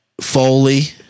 Foley